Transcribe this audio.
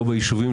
לא ביישובים,